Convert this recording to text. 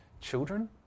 children